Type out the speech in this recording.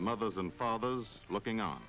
the mothers and fathers looking o